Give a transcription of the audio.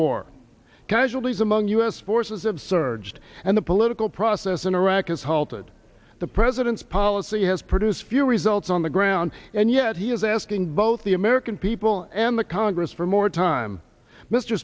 war casualties among u s forces of surged and the political process in iraq has halted the president's policy has produced few results on the ground and yet he is asking both the american people and the congress for more time mr